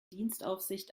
dienstaufsicht